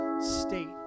state